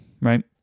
right